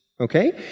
okay